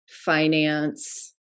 finance